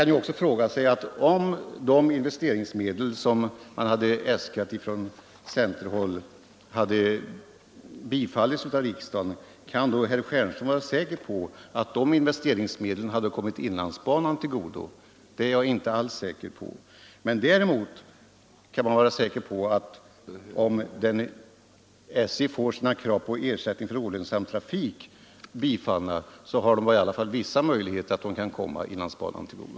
Om de investeringsmedel som man hade äskat från centerhåll hade beviljats av riksdagen, kunde då herr Stjernström vara säker på att dessa investeringsmedel hade kommit inlandsbanan till godo? Det är jag inte alls säker på. Men däremot kan man vara säker på att om SJ får sina krav på ersättning för olönsam trafik bifallna, så finns det i alla fall vissa möjligheter att medlen kan komma inlandsbanan till godo.